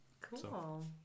cool